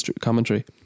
commentary